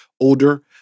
older